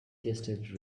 tasted